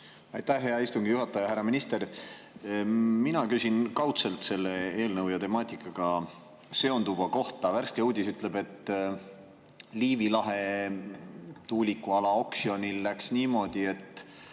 Aitäh, hea istungi juhataja! Härra minister! Mina küsin kaudselt selle eelnõu ja temaatikaga seonduva kohta. Värske uudis ütleb, et Liivi lahe tuulikuala oksjonil läks niimoodi, et